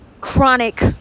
chronic